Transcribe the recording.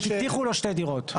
הבטיחו לו שתי דירות,